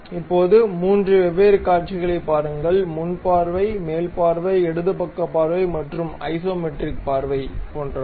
இப்போது 3 வெவ்வேறு காட்சிகளைப் பாருங்கள் முன் பார்வை மேல் பார்வை இடது பக்க பார்வை மற்றும் ஐசோமெட்ரிக் பார்வை போன்றவை